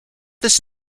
this